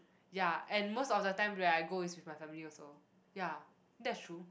ya and most of the time where I go is with my family also ya that's true